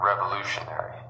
revolutionary